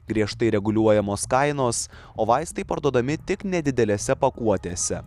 griežtai reguliuojamos kainos o vaistai parduodami tik nedidelėse pakuotėse